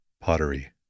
Pottery